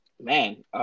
man